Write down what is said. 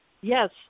Yes